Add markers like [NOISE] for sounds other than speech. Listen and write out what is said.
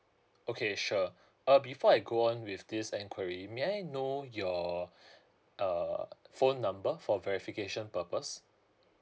okay sure uh before I go on with this enquiry may I know your [BREATH] err phone number for verification purpose